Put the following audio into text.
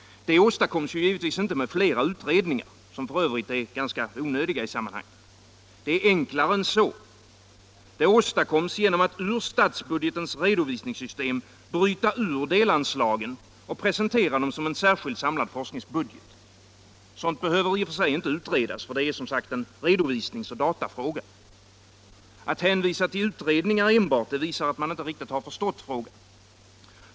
Detta åstadkommes givetvis inte med fler utredningar, som f. ö. är ganska onödiga i sammanhanget. Det är enklare än så. Det åstadkommes genom att ur statsbudgeten bryta ut delanslagen och presentera dem som en särskild, samlad forskningsbudget. Sådant behöver inte utredas. Det är, som sagt, en redovisningsoch datafråga. Att enbart hänvisa till utredningar visar att man inte riktigt förstår detta.